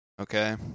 Okay